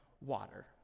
water